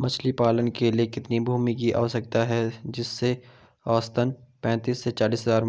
मछली पालन के लिए कितनी भूमि की आवश्यकता है जिससे औसतन पैंतीस से चालीस हज़ार